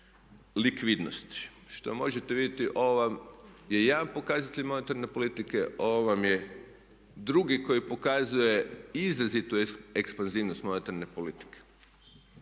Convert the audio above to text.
likvidnosti. Što možete vidjeti, ovo vam je jedan pokazatelj monetarne politike, ovo vam je drugi koji pokazuje izrazitu ekspanzivnost monetarne politike.